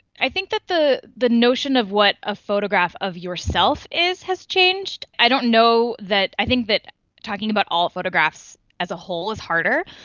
i think that the the notion of what a photograph of yourself is has changed. i don't know, i think that talking about all photographs as a whole is harder.